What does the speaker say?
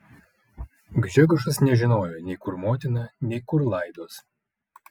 gžegožas nežinojo nei kur motina nei kur laidos